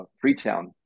Freetown